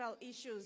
issues